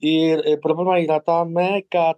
ir problema yra tame kad